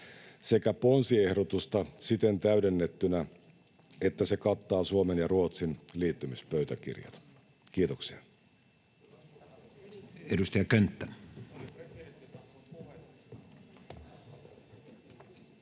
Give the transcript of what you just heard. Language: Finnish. sekä ponsiehdotusta siten täydennettynä, että se kattaa Suomen ja Ruotsin liittymispöytäkirjat. — Kiitoksia.